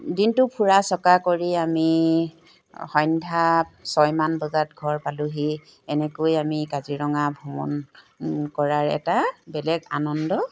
দিনটো ফুৰা চকা কৰি আমি সন্ধ্যা ছয়মান বজাত ঘৰ পালোঁহি এনেকৈ আমি কাজিৰঙা ভ্ৰমণ কৰাৰ এটা বেলেগ আনন্দ